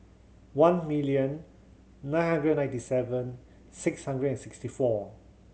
one million nine hundred and ninety seven six hundred and sixty four